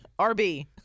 RB